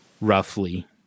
roughly